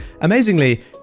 Amazingly